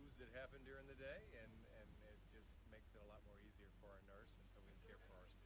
that happen during the day and and it just makes it a lot more easier for our nurse and so we can care for our